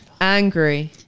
angry